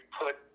put